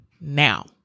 now